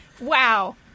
wow